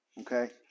Okay